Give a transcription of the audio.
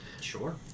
Sure